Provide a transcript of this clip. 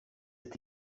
ati